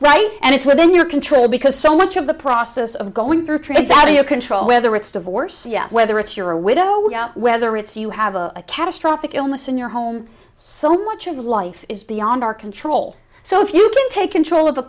right and it's within your control because so much of the process of going through trades out of your control whether it's divorce whether it's you're a widow with out whether it's you have a catastrophic illness in your home so much of life is beyond our control so if you can take control of